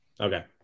Okay